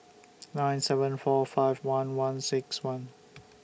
nine seven four five one one six one